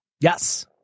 Yes